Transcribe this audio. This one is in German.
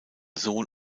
sohn